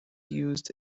used